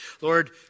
Lord